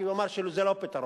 כי הוא אמר שזה לא פתרון,